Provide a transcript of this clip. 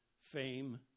fame